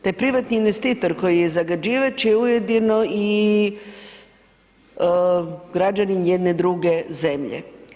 Taj privatni investitor koji je zagađivač je ujedno i građanin jedne druge zemlje.